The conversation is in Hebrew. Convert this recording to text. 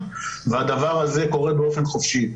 הדבר הזה קורה באופן חופשי.